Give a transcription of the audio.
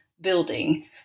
building